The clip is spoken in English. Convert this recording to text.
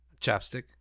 chapstick